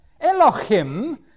Elohim